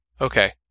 Okay